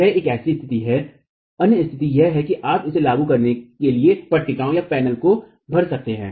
वह एक स्थिति है अन्य स्थिति यह है कि आप इसे लागू करने के लिए भी पट्टिकाओंपैनल को भर कर सकते हैं